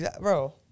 Bro